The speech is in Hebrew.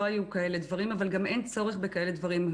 לא היו כאלה דברים אבל גם אין צורך בכאלה דברים.